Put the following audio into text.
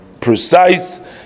precise